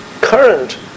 current